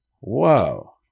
Whoa